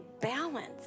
balance